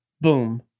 Boom